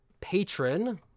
patron